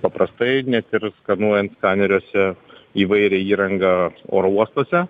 paprastai net ir skanuojant skaneriuose įvairią įrangą oro uostuose